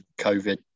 COVID